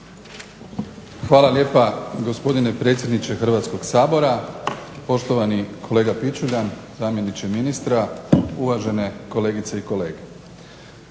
Hvala lijepa gospodine predsjedniče Hrvatskog sabora, poštovani kolega Pičuljan, zamjeniče ministra, uvažene kolegice i kolege.